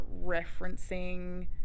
referencing